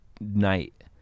night